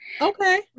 okay